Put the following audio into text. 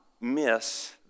miss